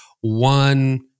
one